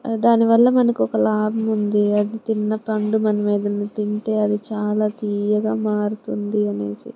దానివల్ల మనకి ఒక లాభం ఉంది అది తిన్న పండు మనం ఏదైనా తింటే అది చాలా తియ్యగా మారుతుంది అనేసి